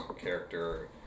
character